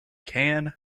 cannes